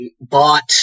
bought